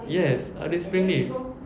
yes ada spring leaf